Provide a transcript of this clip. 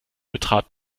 betrat